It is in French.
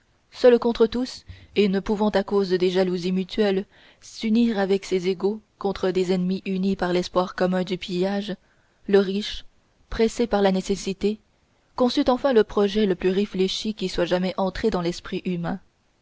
seul contre tous et ne pouvant à cause des jalousies mutuelles s'unir avec ses égaux contre des ennemis unis par l'espoir commun du pillage le riche pressé par la nécessité conçut enfin le projet le plus réfléchi qui soit jamais entré dans l'esprit humain